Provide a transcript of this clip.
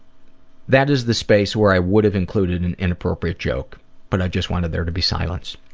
that is the space where i would have included an inappropriate joke but i just wanted there to be silence.